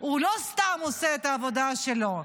הוא לא סתם עושה את העבודה שלו,